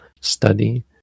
study